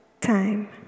time